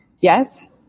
Yes